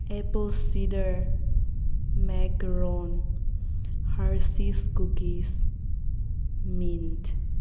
apple cider macaron Hershey's cookies mint